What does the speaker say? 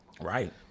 Right